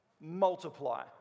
multiply